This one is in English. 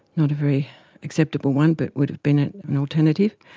not a very acceptable one but would have been an an alternative.